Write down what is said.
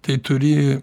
tai turi